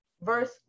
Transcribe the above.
verse